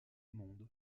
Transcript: monde